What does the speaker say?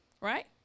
right